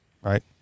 right